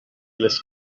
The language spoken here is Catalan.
les